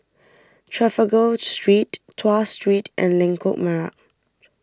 Trafalgar Street Tuas Street and Lengkok Merak